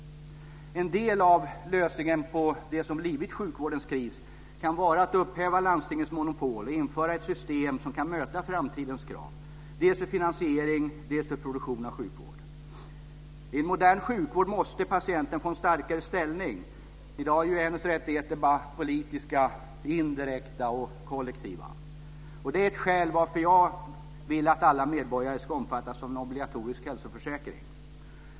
En del av lösningen på det som blivit sjukvårdens kris kan vara att upphäva landstingets monopol och införa ett system som kan möta framtidens krav dels för finansiering, dels för produktion av sjukvård. I en modern sjukvård måste patienten få en starkare ställning. I dag är hennes rättigheter bara politiska, indirekta och kollektiva. Det är ett skäl till att jag vill att alla medborgare ska omfattas av en obligatorisk hälsoförsäkring.